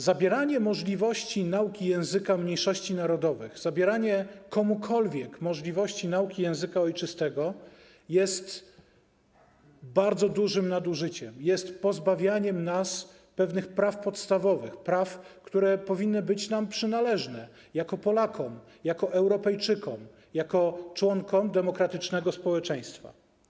Zabieranie możliwości nauki języka mniejszości narodowych, zabieranie komukolwiek możliwości nauki języka ojczystego jest bardzo dużym nadużyciem, jest pozbawianiem nas pewnych praw podstawowych, praw, które powinny być nam przynależne jako Polakom, jako Europejczykom, jako członkom demokratycznego społeczeństwa.